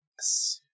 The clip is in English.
Yes